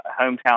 hometown